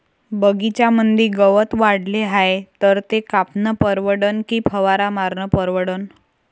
बगीच्यामंदी गवत वाढले हाये तर ते कापनं परवडन की फवारा मारनं परवडन?